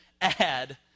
add